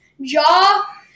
Jaw